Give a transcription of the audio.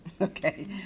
okay